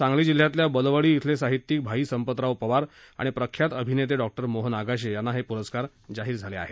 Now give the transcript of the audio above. सांगली जिल्ह्यातल्या बलवडी खिले साहित्यिक भाई संपतराव पवार आणि प्रख्यात अभिनेते डॉक्टर मोहन आगाशे यांना हे पुरस्कार जाहीर झाले आहेत